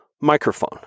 microphone